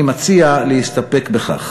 אני מציע להסתפק בכך.